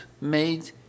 made